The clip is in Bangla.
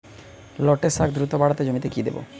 লটে শাখ দ্রুত বাড়াতে জমিতে কি দেবো?